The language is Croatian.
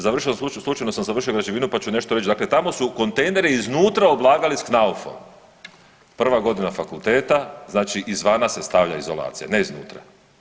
Završio, slučajno sam završio građevinu pa ću nešto reći, dakle tamo su kontejnere iznutra oblagali s knaufom, prva godina fakulteta znači izvana se stavlja izolacija, ne iznutra.